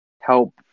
help